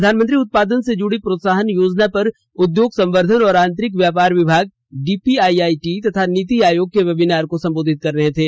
प्रधानमंत्री उत्पादन से जुडी प्रोत्सा हन योजना पर उद्योग संवर्धन और आंतरिक व्यापार विभाग D P I I T तथा नीति आयोग के वेबिनार को सम्बोधित कर रहे थे